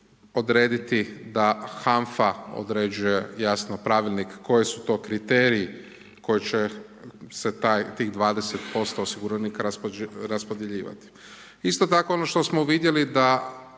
odrediti da HANFA određuje jasno pravilnik koji su to kriteriji koji će se taj, tih 20% osiguranika raspodjeljivati. Isto tako ono što smo uvidjeli, da